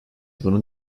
bunun